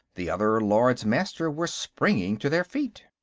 the other lords-master were springing to their feet.